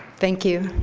thank you.